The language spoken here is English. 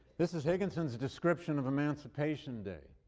this is higginson's description of emancipation day.